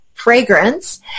fragrance